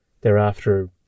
thereafter